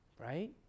Right